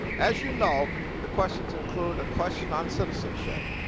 as you know the questions include a question on citizenship.